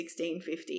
1650